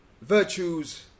virtues